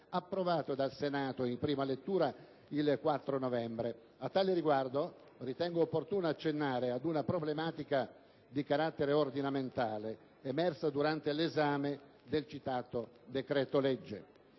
approvato dal Senato in prima lettura il 4 novembre. A tale riguardo, ritengo opportuno accennare ad una problematica di carattere ordinamentale emersa durante l'esame del citato decreto‑legge.